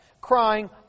crying